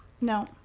No